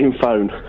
phone